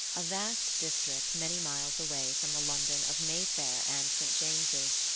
a vast district many miles away from the london of mayfair and st. james's,